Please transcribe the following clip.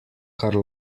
kar